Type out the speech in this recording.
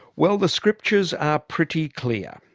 well, the scriptures are pretty clear,